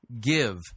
give